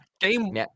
game